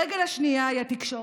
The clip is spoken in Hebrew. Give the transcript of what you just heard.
הרגל השנייה היא התקשורת,